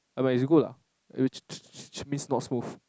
ya but it's good ah not smooth